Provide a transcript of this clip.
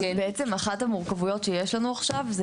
בעצם אחת המורכבויות שיש לנו עכשיו זה